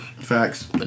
Facts